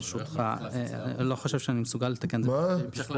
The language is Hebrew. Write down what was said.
ברשותך, אני לא חושב שאני מסוגל לתקן בשבועיים.